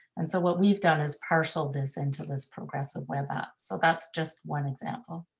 and so what we've done is parceled this into this progressive web app, so that's just one example.